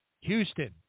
Houston